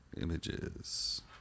Images